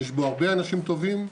יש הרבה אנשים טובים,